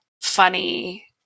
funny